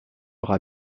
aura